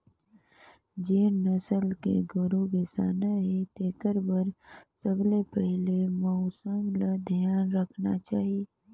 जेन नसल के गोरु बेसाना हे तेखर बर सबले पहिले मउसम ल धियान रखना चाही